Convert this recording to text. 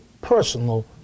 personal